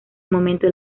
momento